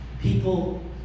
People